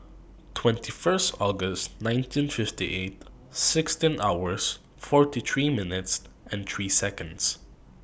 twenty First August nineteen fifty eight sixteen hours forty three minutes and three Seconds